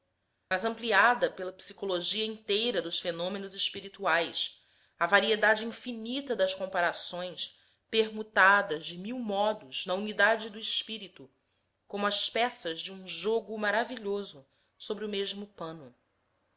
mas amplia pela psicologia inteira dos fenômenos espirituais a variedade infinita das comparações permutadas de mil modos na unidade do espírito como as peças de um jogo maravilhoso sobre o mesmo pano